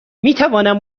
میتوانم